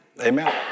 Amen